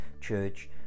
church